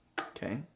Okay